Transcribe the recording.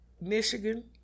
Michigan